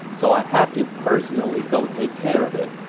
so i have to personally go take care of it.